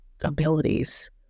abilities